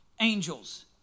angels